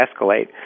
escalate